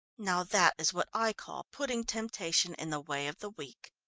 now that is what i call putting temptation in the way of the weak.